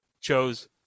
chose